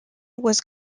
was